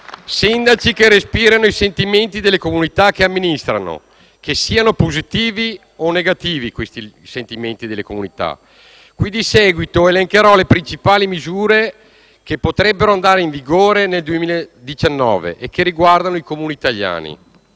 Sindaci che respirano i sentimenti delle comunità che amministrano, che siano sentimenti positivi o negativi. Di seguito elencherò le principali misure che potrebbero andare in vigore nel 2019 e che riguardano i Comuni italiani